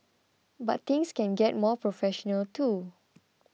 but things can get more professional too